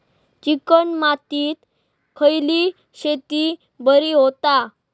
Chicken मातीत खयली शेती बरी होता?